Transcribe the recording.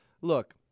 Look